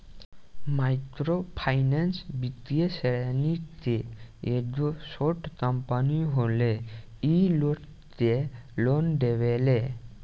micro finance वित्तीय श्रेणी के एगो छोट कम्पनी होले इ लोग के लोन देवेले